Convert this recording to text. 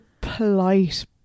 polite